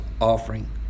offering